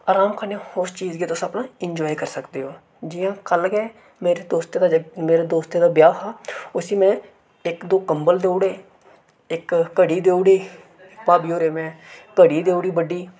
अराम कन्नै उस चीज गी तुस अपना इन्जाय करी सकदे जि'यां कल्ल गै मेरे दोस्तै दा मेरे दोस्तै दा ब्याह् हा उसी में इक दो कम्बल देई ओड़े इक घड़ी देई ओड़ी भाबी होरें गी में इक घड़ी देई ओड़ी बड्डी